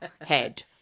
Head